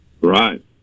Right